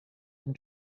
and